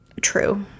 True